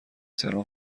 تهران